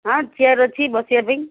ହଁ ଚେଆର୍ ଅଛି ବସିବା ପାଇଁ